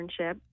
internship